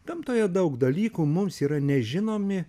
gamtoje daug dalykų mums yra nežinomi